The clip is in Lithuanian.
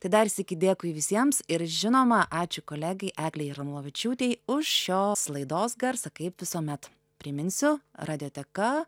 tai dar sykį dėkui visiems ir žinoma ačiū kolegei eglei ramovičiūtei už šios laidos garsą kaip visuomet priminsiu radijoteka